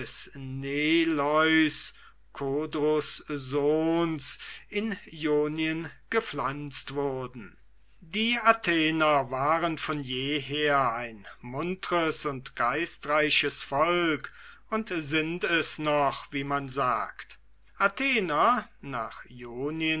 in ionien gepflanzt wurden die athenienser waren von je her ein muntres und geistreiches volk und sind es noch wie man sagt athenienser nach